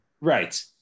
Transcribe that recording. Right